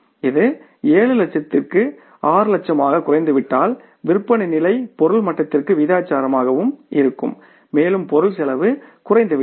இது 7 லட்சத்திலிருந்து 6 லட்சமாகக் குறைந்துவிட்டால் விற்பனை நிலை பொருள் மட்டத்திற்கு விகிதாசாரமாகவும் இருக்கும் மேலும் பொருள் செலவு குறைந்துவிட்டது